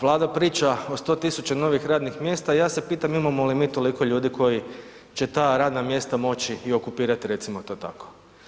Vlada priča o 100.000 novih radnih mjesta, a ja se pitam imamo li mi toliko ljudi koji će ta radna mjesta moći i okupirati recimo to tako?